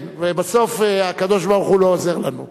ובסוף הקדוש-ברוך-הוא לא עוזר לנו.